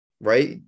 right